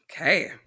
Okay